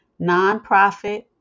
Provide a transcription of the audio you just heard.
Nonprofit